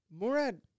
Murad